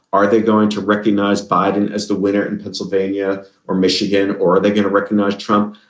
are they going to recognize biden as the winner in pennsylvania or michigan or are they going to recognize trump?